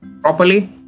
properly